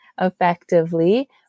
effectively